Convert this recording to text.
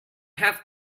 have